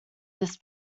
this